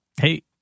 Hey